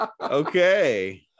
Okay